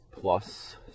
plus